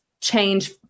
change